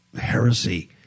heresy